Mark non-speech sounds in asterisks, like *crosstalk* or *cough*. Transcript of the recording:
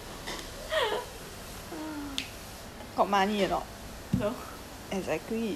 *laughs*